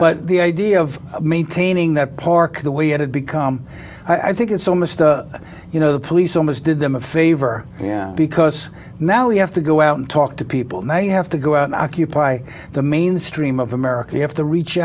but the idea of maintaining that park the way it had become i think it's almost you know the police almost did them a favor because now you have to go out and talk to people now you have to go out occupy the mainstream of america you have to reach